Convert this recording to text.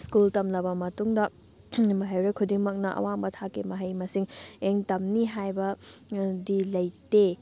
school ꯇꯝꯂꯕ ꯃꯇꯨꯡꯗ ꯃꯍꯩꯔꯣꯏ ꯈꯨꯗꯤꯡꯃꯛꯅ ꯑꯋꯥꯡꯕ ꯊꯥꯛꯀꯤ ꯃꯍꯩ ꯃꯁꯤꯡ ꯂꯣꯏꯅ ꯇꯝꯅꯤ ꯍꯥꯏꯕꯗꯤ ꯂꯩꯇꯩ